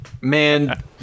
Man